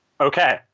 okay